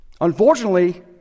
Unfortunately